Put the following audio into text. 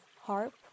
harp